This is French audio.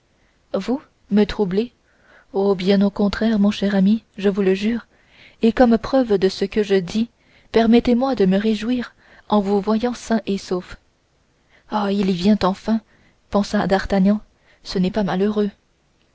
vous me troubler oh bien au contraire cher ami je vous le jure et comme preuve de ce que je dis permettez-moi de me réjouir en vous voyant sain et sauf ah il y vient enfin pensa d'artagnan ce n'est pas malheureux